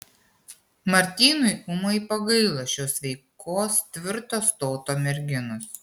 martynui ūmai pagailo šios sveikos tvirto stoto merginos